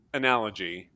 analogy